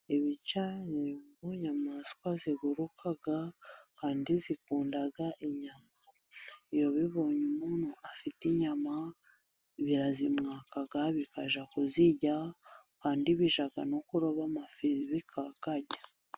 Uduca ni inyayamaswa ziguruka, kandi zikunda inyama. Iyo bibonye umuntu afite inyama, birazimwaka bikajya kuzirya. Kandi bijya no kuroba amafi zi kakarya